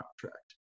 contract